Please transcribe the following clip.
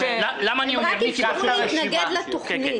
רק יכלו להתנגד לתוכנית.